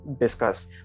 discuss